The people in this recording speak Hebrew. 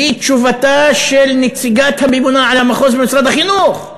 תשובתה של נציגת הממונה על המחוז במשרד החינוך,